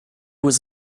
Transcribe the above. was